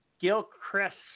Gilchrist